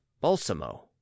Balsamo